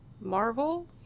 Marvel